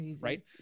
right